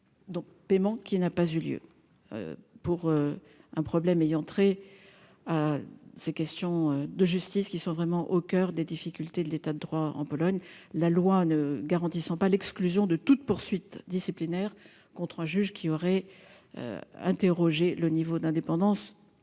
donc paiement qui n'a pas eu lieu pour un problème ayant trait à ces questions de justice qui sont vraiment au coeur des difficultés de l'état de droit, en Pologne, la loi ne garantissant pas l'exclusion de toute poursuite disciplinaire contre un juge qui aurait interrogé le niveau d'indépendance